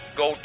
go